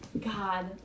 God